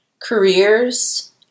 careers